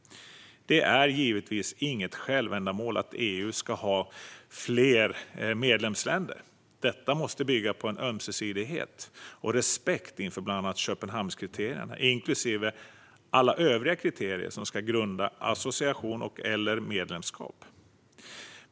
Det är givetvis inget självändamål att EU ska ha fler medlemsländer. Detta måste bygga på en ömsesidighet och respekt inför bland annat Köpenhamnskriterierna inklusive alla övriga kriterier som ska grunda association eller medlemskap.